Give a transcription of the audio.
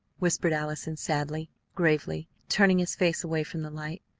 whispered allison sadly, gravely, turning his face away from the light.